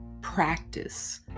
practice